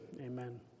Amen